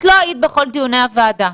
את לא היית בכל דיוני הוועדה.